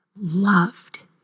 loved